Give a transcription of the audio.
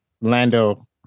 Lando